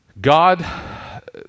God